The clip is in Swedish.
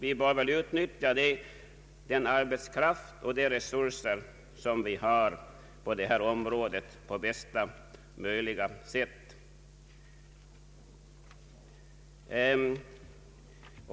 Vi bör utnyttja den arbetskraft och de resurser som finns på detta område på bästa möjliga sätt.